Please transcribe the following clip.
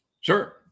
Sure